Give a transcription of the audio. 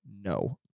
No